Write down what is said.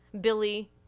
Billy